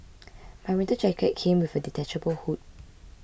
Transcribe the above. my winter jacket came with a detachable hood